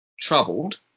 troubled